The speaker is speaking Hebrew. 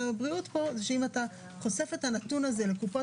גם עם הבריאות וגם עם קופות